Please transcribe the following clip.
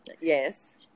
Yes